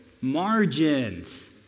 Margins